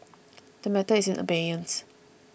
the matter is in abeyance